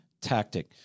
tactic